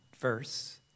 verse